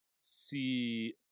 See